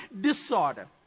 disorder